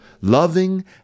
loving